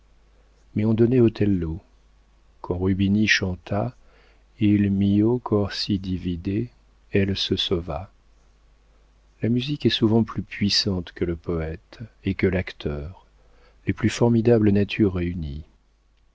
mais on donnait otello quand rubini chanta il mio cor si divide elle se sauva la musique est souvent plus puissante que le poëte et que l'acteur les deux plus formidables natures réunies